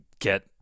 get